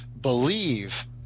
believe